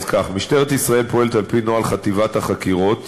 אז כך: משטרת ישראל פועלת על-פי נוהל חטיבת החקירות,